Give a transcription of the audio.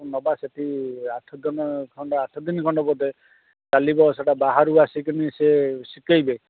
ନେବା ସେଇଠି ଆଠଦିନ ଖଣ୍ଡେ ଆଠଦିନ ଖଣ୍ଡେ ବୋଧେ ଖାଲି ବସଟା ବାହାରୁ ଆସିକିନି ସେ ଶିଖେଇବେ